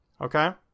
Okay